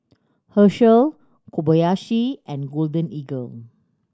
Herschel Kobayashi and Golden Eagle